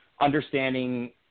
understanding